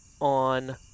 on